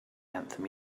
anthem